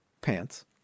Pants